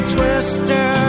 Twister